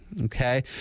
okay